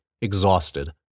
exhausted